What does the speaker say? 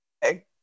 hey